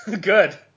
Good